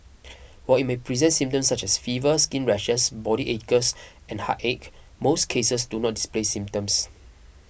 while it may present symptoms such as fever skin rashes body aches and headache most cases do not display symptoms